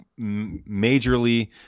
majorly